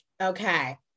okay